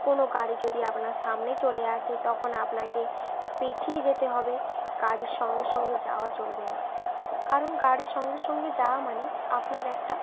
কোনো গাড়ি যদি আপনার সামনে চলে আসে তখন আপনাকে পিছিয়ে যেতে হবে গাড়ির সঙ্গে সঙ্গে যাওয়া চলবে না কারণ গাড়ির সঙ্গে সঙ্গে যাওয়া মানেই আপনার একটা